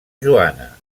joana